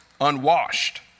unwashed